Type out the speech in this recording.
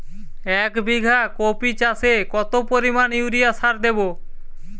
এক বিঘা কপি চাষে কত পরিমাণ ইউরিয়া সার দেবো?